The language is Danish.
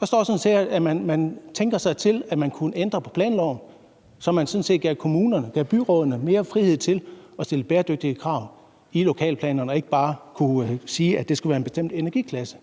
Der står sådan set, at man tænker, at man kunne ændre på planloven, så man gav kommunerne eller byrådene mere frihed til at stille bæredygtighedskrav i lokalplanerne og ikke bare kunne sige, at det skulle være en bestemt energiklasse.